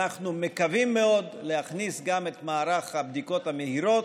אנחנו מקווים מאוד להכניס גם את מערך הבדיקות המהירות.